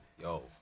Yo